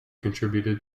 contributed